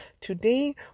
Today